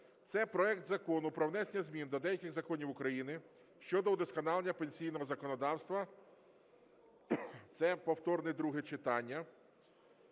це проект Закону про внесення змін до деяких законів України щодо удосконалення пенсійного законодавства (це повторне друге читання)